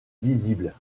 visible